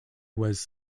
was